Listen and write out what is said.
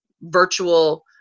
virtual